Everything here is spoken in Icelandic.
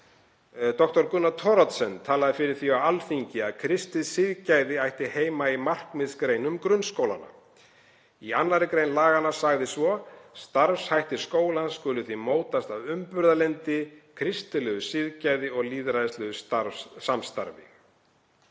Dr. Gunnar Thoroddsen talaði fyrir því á Alþingi að kristið siðgæði ætti heima í markmiðsgrein um grunnskólana. Í 2. gr. laganna sagði svo: „Starfshættir skólans skulu því mótast af umburðarlyndi, kristilegu siðgæði og lýðræðislegu samstarfi.“